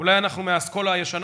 אולי אנחנו מהאסכולה הישנה,